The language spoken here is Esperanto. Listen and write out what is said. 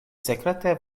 sekrete